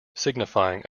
signifying